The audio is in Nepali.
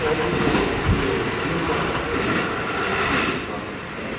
हजुर यो उयो जिमको लागि चाहिँ तपाईँको के के उयो गर्नुपर्छ होला हौ